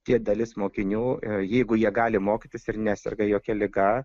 tie dalis mokinių jeigu jie gali mokytis ir neserga jokia liga